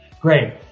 Great